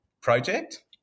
project